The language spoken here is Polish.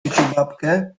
ciuciubabkę